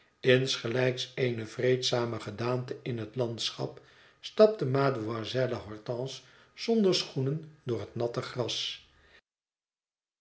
insgelijks eene vreedzame gedaante in het landschap stapte mademoiselle hortense zonder schoenen door het natte gras